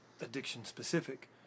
addiction-specific